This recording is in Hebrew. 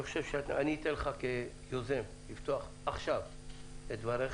אני אתן לך, כיוזם, לפתוח בדבריך.